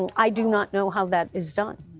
and i do not know how that is done.